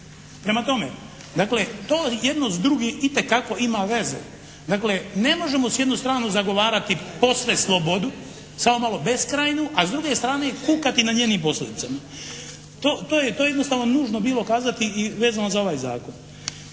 Prema tome, dakle to jedno s drugim itekako ima veze. Dakle, ne možemo s jedne strane zagovarati posve slobodu beskrajnu a s druge strane kukati nad njenim posljedicama. To je jednostavno nužno bilo kazati i vezano za ovaj zakon.